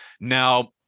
Now